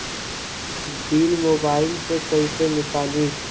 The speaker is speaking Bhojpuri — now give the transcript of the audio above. बिल मोबाइल से कईसे निकाली?